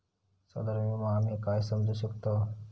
साधारण विमो आम्ही काय समजू शकतव?